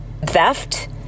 theft